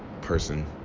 person